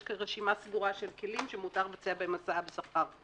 יש רשימה סגורה של כלים שמותר לבצע בהם הסעה בשכר.